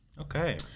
okay